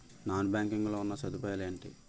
Non banking లో ఉన్నా సదుపాయాలు ఎంటి?